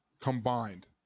combined